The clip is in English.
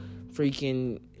freaking